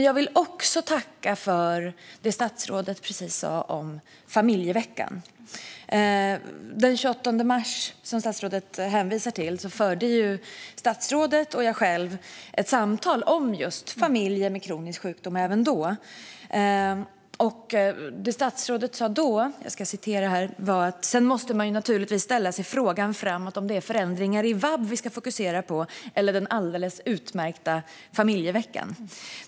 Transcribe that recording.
Jag vill också tacka för det statsrådet precis sa om familjeveckan. Den 28 mars, som statsrådet hänvisar till, förde statsrådet och jag själv även då ett samtal om familjer med barn som har en kronisk sjukdom. Då sa statsrådet: "Sedan måste man naturligtvis ställa sig frågan framåt om det är förändringar i vab som vi ska fokusera på eller den alldeles utmärkta familjevecka."